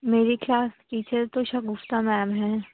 میری class teacher تو Shagufta ma'am ہیں